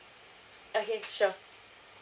okay sure